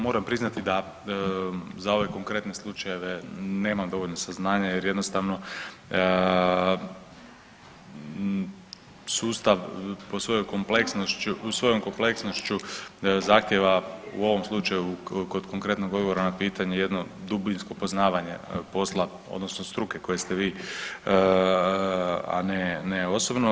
Moram priznati da za ove konkretne slučajeve nemam dovoljno saznanja, jer jednostavno sustav svojom kompleksnošću zahtijeva u ovom slučaju kod konkretnog odgovora na pitanje jedno dubinsko poznavanje posla, odnosno struke koje ste vi a ne osobno.